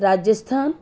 Rajasthan